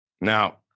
Now